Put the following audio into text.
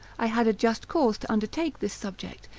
i had a just cause to undertake this subject,